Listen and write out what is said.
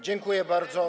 Dziękuję bardzo.